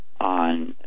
on